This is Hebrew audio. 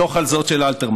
מתוך "על זאת" של אלתרמן: